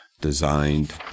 designed